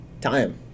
time